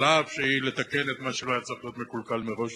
אף שהיא נועדה לתקן את מה שלא היה צריך להיות מקולקל מראש.